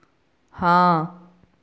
हाँ